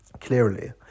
clearly